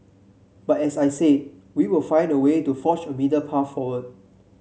but as I say we will find a way to forge a middle path forward